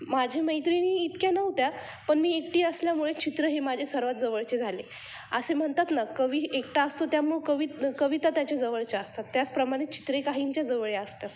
माझे मैत्रिणी इतक्या नव्हत्या पण मी एकटी असल्यामुळे चित्र हे माझे सर्वात जवळचे झाले असे म्हणतात ना कवी एकटा असतो त्यामुळे कवि कविता त्याचे जवळचे असतात त्याचप्रमाणे चित्रे काहींच्या जवळ असतात